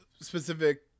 specific